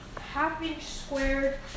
half-inch-squared